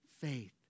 faith